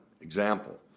Example